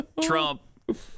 Trump